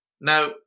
Now